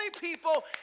people